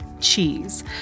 cheese